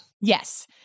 Yes